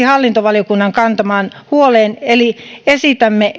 hallintovaliokunnan kantamaan huoleen eli esitämme